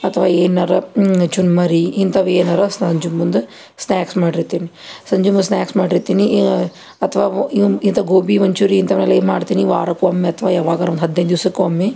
ಅಥವಾ ಏನರೂ ಚುರ್ಮುರಿ ಇಂಥವೇನರೂ ಸಂಜೆ ಮುಂದೆ ಸ್ನ್ಯಾಕ್ಸ್ ಮಾಡಿರ್ತೀನಿ ಸಂಜೆ ಮುಂದೆ ಸ್ನ್ಯಾಕ್ಸ್ ಮಾಡಿರ್ತೀನಿ ಅಥವಾ ವ ಇನ್ನು ಇಂಥ ಗೋಬಿ ಮಂಚೂರಿ ಇಂಥವೆಲ್ಲ ಏನು ಮಾಡ್ತೀನಿ ವಾರಕ್ಕೊಮ್ಮೆ ಅಥವಾ ಯಾವಾಗರೂ ಒಂದು ಹದಿನೈದು ದಿವ್ಸಕೊಮ್ಮೆ